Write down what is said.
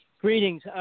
Greetings